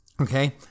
okay